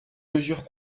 mesure